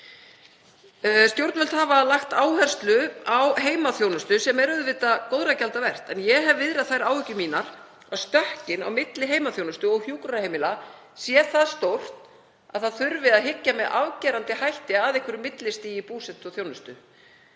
Stjórnvöld hafa lagt áherslu á heimaþjónustu, sem er auðvitað góðra gjalda vert en ég hef viðrað þær áhyggjur mínar að stökkið á milli heimaþjónustu og hjúkrunarheimila sé það stórt að það þurfi að hyggja með afgerandi hætti að einhverju millistigi búsetu og þjónustu.